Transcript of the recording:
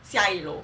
下一首